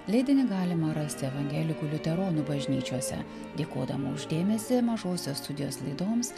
leidinį galima rasti evangelikų liuteronų bažnyčiose dėkodama už dėmesį mažosios studijos laidoms